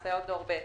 הסייעות דור ב',